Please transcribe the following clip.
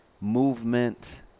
movement